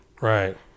Right